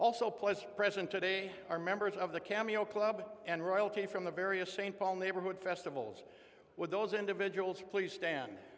also plus president today are members of the cameo club and royalty from the various st paul neighborhood festivals with those individuals please stand